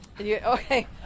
Okay